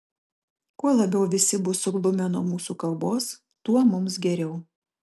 kuo labiau visi bus suglumę nuo mūsų kalbos tuo mums geriau